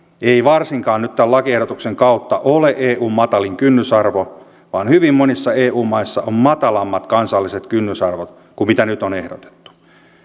ei varsinkaan nyt tämän lakiehdotuksen kautta ole eun matalin kynnysarvo vaan hyvin monissa eu maissa on matalammat kansalliset kynnysarvot kuin mitä nyt on ehdotettu